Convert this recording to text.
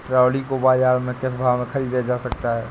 Trolley को बाजार से किस भाव में ख़रीदा जा सकता है?